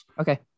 okay